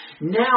now